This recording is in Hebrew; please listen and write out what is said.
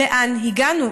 לאן הגענו?